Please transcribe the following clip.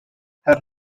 her